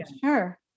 Sure